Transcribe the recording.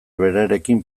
berarekin